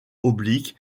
oblique